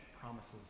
promises